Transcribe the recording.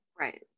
Right